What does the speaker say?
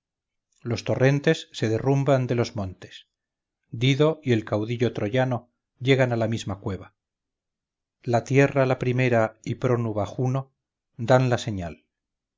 los torrentes se derrumban de los montes dido y el caudillo troyano llegan a la misma cueva la tierra la primera y prónuba juno dan la señal